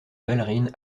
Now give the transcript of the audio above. ballerine